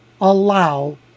allow